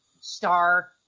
star